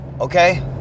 okay